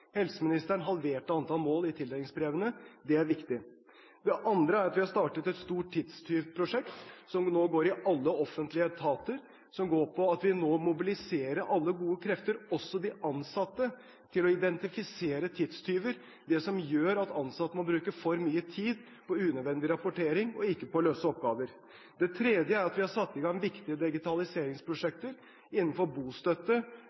Helseministeren halverte antallet mål i tildelingsbrevene. Det er viktig. Det andre er at vi har startet et stort tidstyvprosjekt, som nå går i alle offentlige etater, som går på at vi nå mobiliserer alle gode krefter – også de ansatte – til å identifisere tidstyver, det som gjør at ansatte må bruke for mye tid på unødvendig rapportering, og ikke på å løse oppgaver. Det tredje er at vi har satt i gang viktige digitaliseringsprosjekter innenfor bostøtte